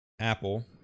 Apple